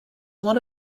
one